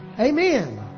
Amen